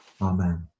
Amen